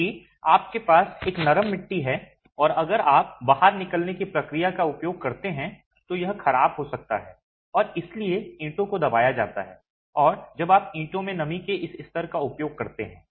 क्योंकि आपके पास एक नरम मिट्टी है और अगर आप बाहर निकलने की प्रक्रिया का उपयोग करते हैं तो यह ख़राब हो सकता है और इसलिए ईंटों को दबाया जाता है जब आप ईंटों में नमी के इस स्तर का उपयोग करते हैं